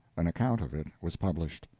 an account of it was published.